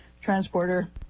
Transporter